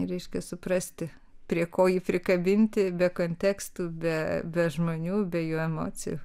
reiškia suprasti prie ko jį prikabinti be kontekstų be be žmonių be jokių emocijų